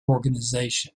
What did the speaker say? organization